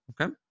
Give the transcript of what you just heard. Okay